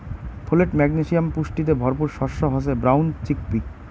folate, magnesium পুষ্টিতে ভরপুর শস্য হসে ব্রাউন চিকপি